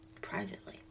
privately